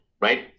right